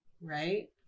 right